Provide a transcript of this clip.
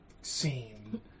scene